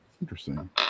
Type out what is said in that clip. Interesting